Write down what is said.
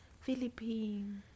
Philippines